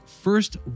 first